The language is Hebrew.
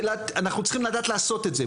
אז אנחנו צריכים לדעת לעשות את זה,